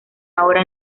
ahora